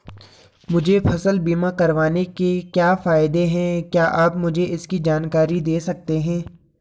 मुझे फसल बीमा करवाने के क्या फायदे हैं क्या आप मुझे इसकी जानकारी दें सकते हैं?